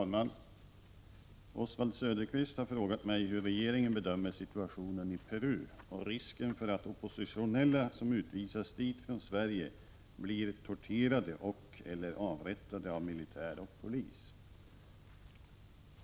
Herr talman! Oswald Söderqvist har frågat mig hur regeringen bedömer situationen i Peru och risken för att oppositionella som utvisas dit från Sverige blir torterade och/eller avrättade av militär och polis.